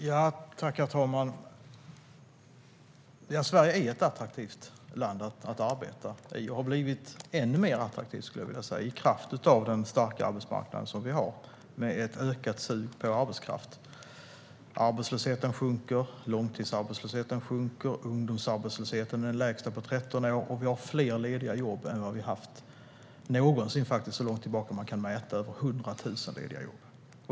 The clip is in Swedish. Herr talman! Ja, Sverige är ett attraktivt land att arbeta i. Och Sverige har blivit ännu mer attraktivt, skulle jag vilja säga, i kraft av den starka arbetsmarknad som vi har med ett ökat sug på arbetskraft. Arbetslösheten sjunker. Långtidsarbetslösheten sjunker. Ungdomsarbetslösheten är den lägsta på 13 år. Vi har fler lediga jobb än vad vi har haft någonsin så långt tillbaka man kan mäta - över 100 000 lediga jobb.